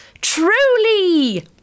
truly